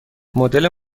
مدل